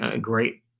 great